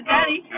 Daddy